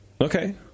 Okay